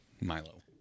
Milo